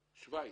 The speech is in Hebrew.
כשוויץ.